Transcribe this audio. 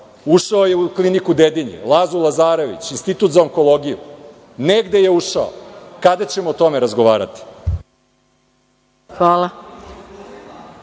ušao je u kliniku „Dedinje“, „Lazu Lazarevića“, Institut za onkologiju, negde je ušao. Kada ćemo o tome razgovarati?